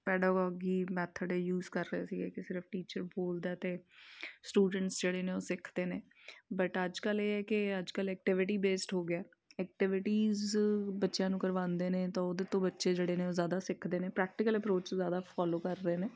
pedagogy method use ਕਰ ਰਹੇ ਸੀਗੇ ਕਿ ਸਿਰਫ ਟੀਚਰ ਬੋਲਦਾ ਅਤੇ ਸਟੂਡੈਂਟਸ ਜਿਹੜੇ ਨੇ ਉਹ ਸਿੱਖਦੇ ਨੇ ਬਟ ਅੱਜ ਕੱਲ੍ਹ ਇਹ ਹੈ ਕਿ ਅੱਜ ਕੱਲ੍ਹ ਐਕਟੀਵਿਟੀ ਬੇਸਡ ਹੋ ਗਿਆ ਐਕਟੀਵਿਟੀਜ ਬੱਚਿਆਂ ਨੂੰ ਕਰਵਾਉਂਦੇ ਨੇ ਤਾਂ ਉਹਦੇ ਤੋਂ ਬੱਚੇ ਜਿਹੜੇ ਨੇ ਉਹ ਜ਼ਿਆਦਾ ਸਿੱਖਦੇ ਨੇ ਪ੍ਰੈਕਟੀਕਲ ਅਪਰੋਚ ਜ਼ਿਆਦਾ ਫੋਲੋ ਕਰ ਰਹੇ ਨੇ